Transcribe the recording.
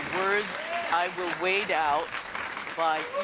words i will wade out by e.